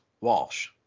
Walsh